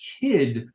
kid